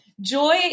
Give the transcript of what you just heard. Joy